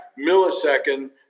millisecond